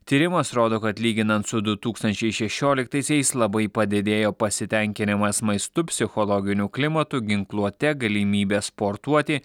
tyrimas rodo kad lyginant su du tūkstančiai šešioliktaisiais labai padidėjo pasitenkinimas maistu psichologiniu klimatu ginkluote galimybe sportuoti